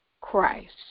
Christ